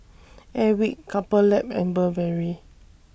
Airwick Couple Lab and Burberry